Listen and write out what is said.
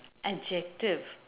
adjective